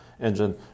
engine